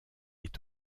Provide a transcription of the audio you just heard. est